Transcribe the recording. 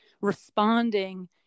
responding